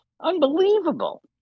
Unbelievable